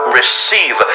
receive